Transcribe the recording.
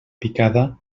picada